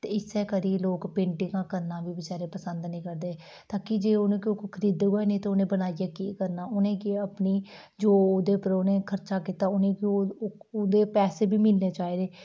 ते इस्सै करी लोक पेंटिगा करना बी बेचारे पसंद नेईं करदे ताकि जे कोई उनेंगी खरीदग गै नेईं ते उनें बनाइयै केह् करना उनेंगी अपनी जो ओह्दे पर उनें खर्चा कीता उनेंगी ओह् ओह्दे पैसे बी बापस बी मिलने चाहिदे